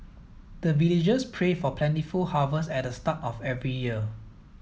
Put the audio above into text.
the villagers pray for plentiful harvest at the start of every year